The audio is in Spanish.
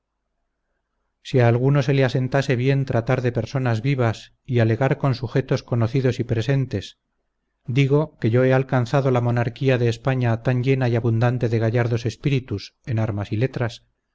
si a alguno se le asentare bien tratar de personas vivas y alegar con sujetos conocidos y presentes digo que yo he alcanzado la monarquía de españa tan llena y abundante de gallardos espíritus en armas y letras